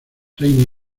reina